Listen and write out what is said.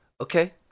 Okay